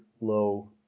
low